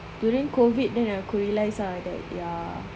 during COVID then aku realise lah that ya